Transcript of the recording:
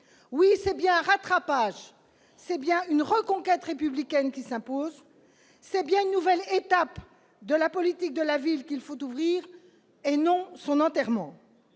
Oui, c'est bien un rattrapage et une reconquête républicaine qui s'imposent. C'est bien une nouvelle étape de la politique de la ville qu'il faut ouvrir, et non son enterrement.